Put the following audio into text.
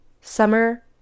Summer